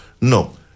No